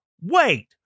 Wait